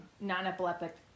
non-epileptic